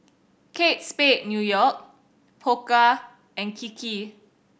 Kate Spade New York Pokka and Kiki